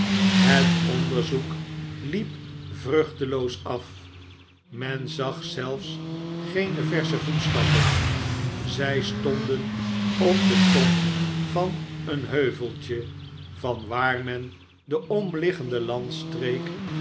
het onderzoek liep vruchteloos af men zag zelfs geen versche voetstappen zij stonden op den top van een heuveltje vanwaar men de omliggende landstreek